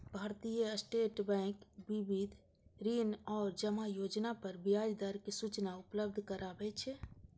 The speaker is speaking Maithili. भारतीय स्टेट बैंक विविध ऋण आ जमा योजना पर ब्याज दर के सूचना उपलब्ध कराबै छै